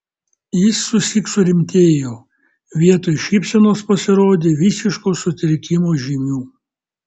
jis susyk surimtėjo vietoj šypsenos pasirodė visiško sutrikimo žymių